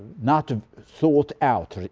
not ah thought out,